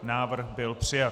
Návrh byl přijat.